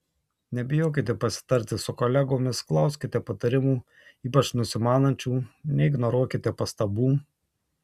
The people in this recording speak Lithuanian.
nebijokite pasitarti su kolegomis klauskite patarimų ypač nusimanančių neignoruokite pastabų